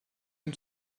dem